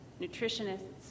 nutritionists